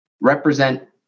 represent